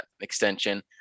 extension